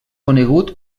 conegut